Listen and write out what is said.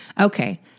Okay